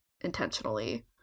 intentionally